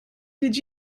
did